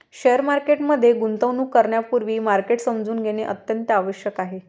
share market मध्ये गुंतवणूक करण्यापूर्वी मार्केट समजून घेणे अत्यंत आवश्यक आहे